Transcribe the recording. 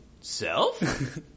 self